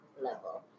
level